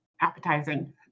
appetizing